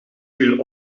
viel